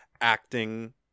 acting